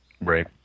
Right